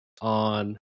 on